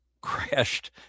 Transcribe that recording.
crashed